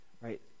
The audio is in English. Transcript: right